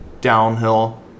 downhill